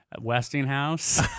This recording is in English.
Westinghouse